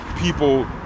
people